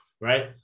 right